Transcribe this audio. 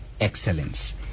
excellence